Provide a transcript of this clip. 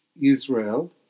Israel